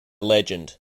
legend